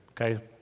okay